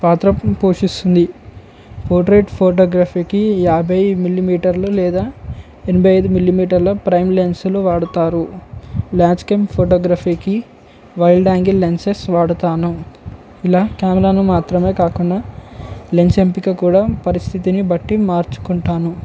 పాత్ర పోషిస్తుంది పోర్ట్రేట్ ఫోటోగ్రఫీకి యాభై మిలిమీటర్లు లేదా ఎనభై ఐదు మిలిమీటర్ల ప్రైమ్ లెన్సులు వాడుతారు లచక ఫోటోగ్రఫీకి వైల్డ్ యాంగిల్ లెన్సెస్ వాడుతాను ఇలా కెమెరాను మాత్రమే కాకుడా లెన్స్ ఎంపిక కూడా పరిస్థితిని బట్టి మార్చుకుంటాను